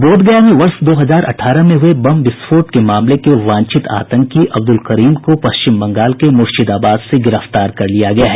बोधगया में वर्ष दो हजार अठारह में हये बम विस्फोट मामले के वांछित आतंकी अब्दुल करीम को पश्चिम बंगाल के मुर्शिदाबाद से गिरफ्तार कर लिया गया है